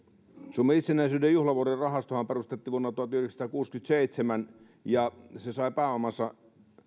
suomen itsenäisyyden juhlavuoden rahastohan perustettiin vuonna tuhatyhdeksänsataakuusikymmentäseitsemän ja se sai pääomansa